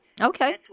okay